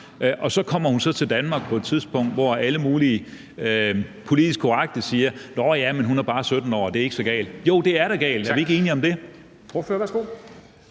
og så kommer hun så til Danmark på et tidspunkt, hvor alle mulige politisk korrekte siger: Nåh ja, men hun er bare 17 år, og det er ikke så galt. Jo, det er da galt. Er vi ikke enige om det?